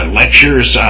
lectures